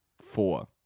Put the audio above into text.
Four